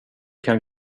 kan